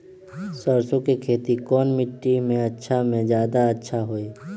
सरसो के खेती कौन मिट्टी मे अच्छा मे जादा अच्छा होइ?